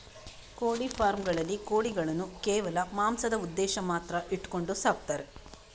ಕೋಳಿ ಫಾರ್ಮ್ ಗಳಲ್ಲಿ ಕೋಳಿಗಳನ್ನು ಕೇವಲ ಮಾಂಸದ ಉದ್ದೇಶ ಮಾತ್ರ ಇಟ್ಕೊಂಡು ಸಾಕ್ತಾರೆ